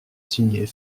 signées